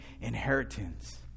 inheritance